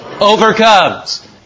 Overcomes